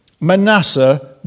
Manasseh